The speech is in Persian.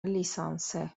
لیسانسه